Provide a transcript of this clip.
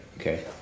okay